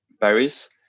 Paris